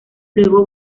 luego